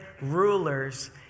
rulers